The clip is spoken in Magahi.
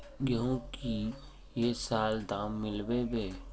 गेंहू की ये साल दाम मिलबे बे?